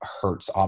hurts